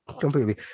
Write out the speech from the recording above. completely